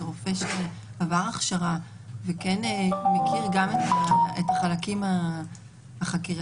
זה רופא שעבר הכשרה ומכיר גם את החלקים החקירתיים.